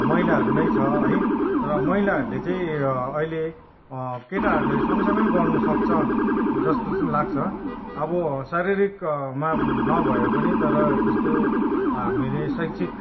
महिलाहरू नै छ है तर महिलाहरूले चाहिँ अहिले केटाहरूले सँगसँगै गर्नु सक्छ जस्तो चाहिँ लाग्छ अब शारीरिकमा नभएर पनि तर जस्तो हामीले शैक्षिक